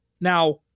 Now